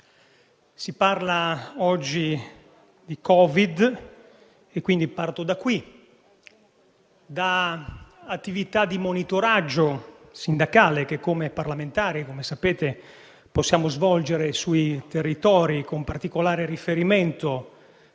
si parla oggi di Covid, quindi parto dall'attività di monitoraggio sindacale che come parlamentari, come sapete, possiamo svolgere sui territori, con particolare riferimento,